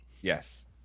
Yes